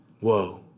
Whoa